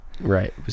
right